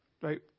Right